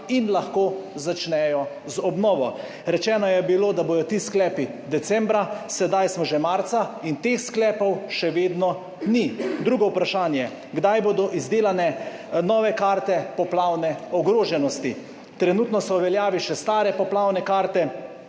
in lahko začnejo z obnovo. Rečeno je bilo, da bodo ti sklepi decembra, sedaj smo že marca in teh sklepov še vedno ni. Drugo vprašanje: Kdaj bodo izdelane nove karte poplavne ogroženosti? Trenutno so v veljavi še stare poplavne karte,